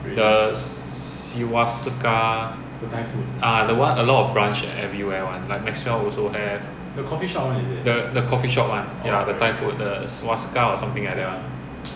the ah the one a lot of branch everywhere [one] like maxwell also have the coffee shop [one] ya the thai food the or something like that [one]